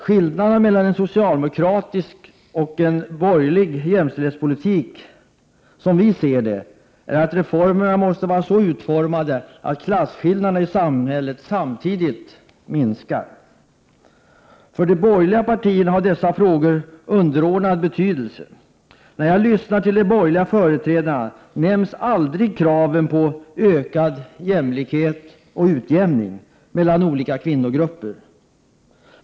Skillnaderna mellan en socialdemokratisk och en borgerlig jämställdhetspolitik — som vi ser det — är att vi socialdemokrater anser att reformerna måste vara så utformade att klasskillnaderna i samhället samtidigt minskar. För de borgerliga partierna har dessa frågor underordnad betydelse. När jag lyssnar till de borgerliga företrädarna nämns aldrig kraven på ökad jämlikhet och utjämning mellan olika kvinnogrupper.